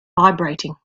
vibrating